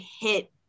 hit